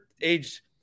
age